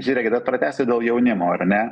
žiūrėkit ar pratęsti dėl jaunimo ar ne